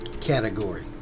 category